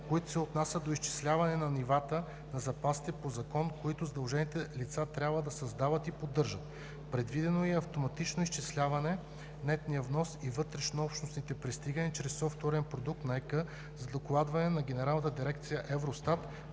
които се отнасят до изчисляване на нивата на запасите по Закон, които задължените лица трябва да създават и поддържат: - предвидено е автоматично изчисляваният нетен внос и вътрешно общностни пристигания чрез софтуерния продукт на ЕК за докладване на Генерална дирекция „Евростат“